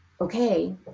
okay